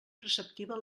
preceptiva